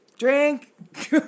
Drink